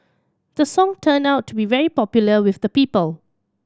the song turned out to be very popular with the people